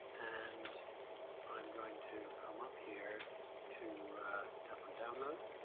and i'm going to come up here to tap on download.